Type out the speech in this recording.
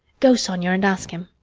go, sonia, and ask him.